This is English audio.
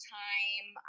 time